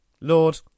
Lord